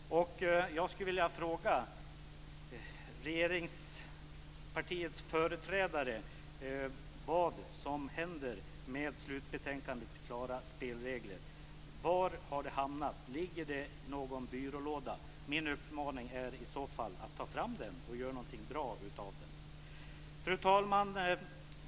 Jag skulle vilja fråga regeringspartiets företrädare vad som händer med slutbetänkandet Klara spelregler. Var har det hamnat? Ligger det i någon byrålåda? Min uppmaning är i så fall att man skall ta fram det och göra någonting bra av det. Fru talman!